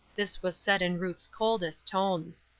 this was said in ruth's coldest tones.